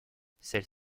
celle